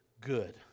good